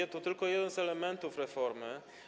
Ale to tylko jeden z elementów reformy.